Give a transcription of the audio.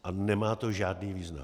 A nemá to žádný význam.